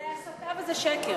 זו הסתה וזה שקר.